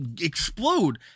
explode